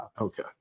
Okay